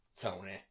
Tony